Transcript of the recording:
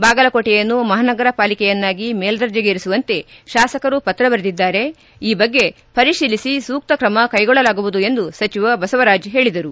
ಬಾಗಲಕೋಟೆಯನ್ನು ಮಹಾನಗರ ಪಾಲಿಕೆಯನ್ನಾಗಿ ಮೇಲ್ದರ್ಜೆಗೇರಿಸುವಂತೆ ಶಾಸಕರು ಪತ್ರ ಬರೆದಿದ್ದಾರೆ ಈ ಬಗ್ಗೆ ಪರಿಶೀಲಿಸಿ ಸೂಕ್ತ ಕ್ರಮ ಕೈಗೊಳ್ಳಲಾಗುವುದು ಎಂದು ಸಚಿವ ಬಸವರಾಜ್ ಹೇಳಿದರು